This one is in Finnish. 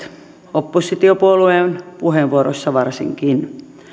oppositiopuolueiden puheenvuoroissa varsinkin